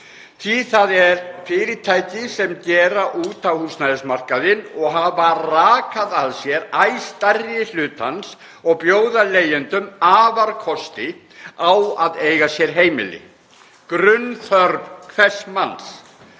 því það eru fyrirtæki sem gera út á húsnæðismarkaðinn og hafa bara rakað að sér æ stærri hluta hans og bjóða leigjendum afarkosti á að eiga sér heimili; grunnþörf hvers manns.